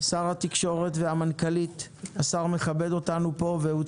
שר התקשורת והמנכ"לית מכבדים אותנו כאן בנוכחותם.